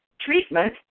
treatment